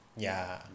ya